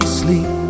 sleep